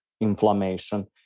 inflammation